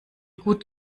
gut